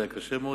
זה היה קשה מאוד,